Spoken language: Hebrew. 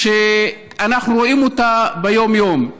שאנחנו רואים אותה ביום-יום.